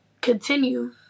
continue